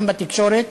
גם בתקשורת,